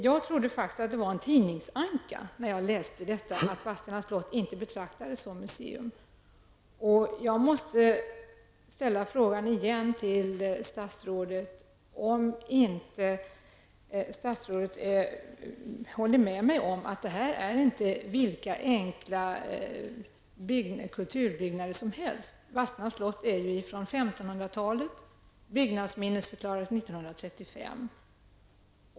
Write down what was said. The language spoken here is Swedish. Jag trodde faktiskt att det var en tidningsanka när jag läste detta om att Vadstena slott inte betraktades som museum. Jag måste återigen ställa frågan till statsrådet om inte statsrådet håller med mig om att detta inte är vilka enkla kulturbyggnader som helst. Vadstena slott är från 1500-talet och byggnadsminnesförklarades 1935.